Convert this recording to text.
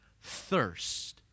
thirst